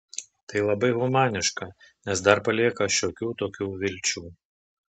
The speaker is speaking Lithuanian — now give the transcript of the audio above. tai labai humaniška nes dar palieka šiokių tokių vilčių